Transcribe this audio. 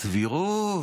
הסבירות.